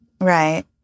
Right